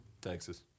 Texas